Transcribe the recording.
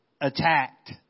Attacked